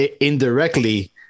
indirectly